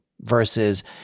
versus